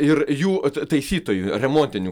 ir jų taisytojų remontinių